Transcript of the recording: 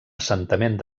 assentament